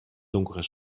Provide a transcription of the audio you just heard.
donkere